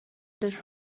داشت